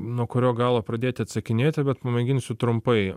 nuo kurio galo pradėti atsakinėti bet pamėginsiu trumpai